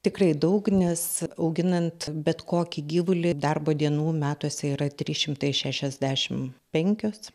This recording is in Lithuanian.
tikrai daug nes auginant bet kokį gyvulį darbo dienų metuose yra trys šimtai šešiasdešim penkios